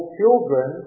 children